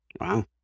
Wow